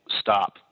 stop